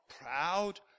proud